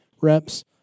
reps